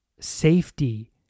safety